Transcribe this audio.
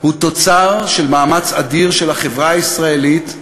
הוא תוצר של מאמץ אדיר של החברה הישראלית,